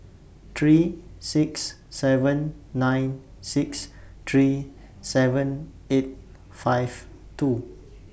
three six seven nine six three seven eight five two